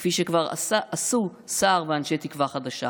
כפי שכבר עשו סער ואנשי תקווה חדשה.